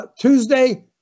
Tuesday